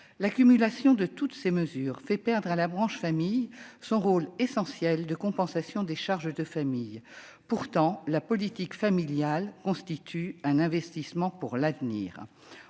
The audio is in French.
L'accumulation de toutes ces mesures fait perdre à la branche famille son rôle essentiel de compensation des charges de famille. Pourtant, la politique familiale constitue un investissement pour l'avenir.